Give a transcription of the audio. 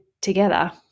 together